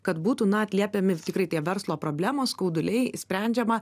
kad būtų na atliepiami tikrai tie verslo problemos skauduliai sprendžiama